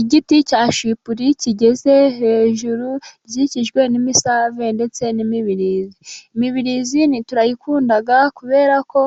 Igiti cya sipuri， kigeze hejuru gikikijwe n'imisave， ndetse n'imibirizi. Imibirizi turayikunda， kubera ko